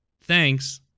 thanks